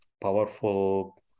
powerful